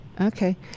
Okay